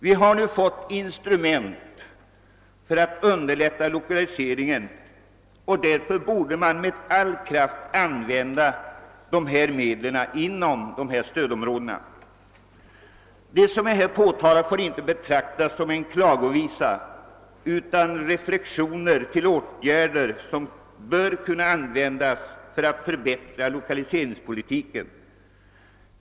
Vi har nu fått instrument för att underlätta lokaliseringen, och därför borde man med all kraft använda medlen ivom stödområdena. Ett sådant påtalande får inte betraktas som en klagovisa. Det är ofrånkomliga reflexioner om åtgärder som bör kunna användas för att förbättra lokaliseringspolitiken.